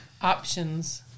Options